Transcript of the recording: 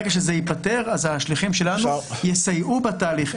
ברגע שזה ייפתר אז השליחים שלנו יסייעו בתהליך.